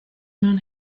mewn